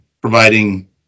providing